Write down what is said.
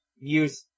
Music